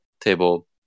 table